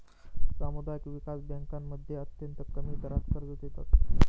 सामुदायिक विकास बँकांमध्ये अत्यंत कमी दरात कर्ज देतात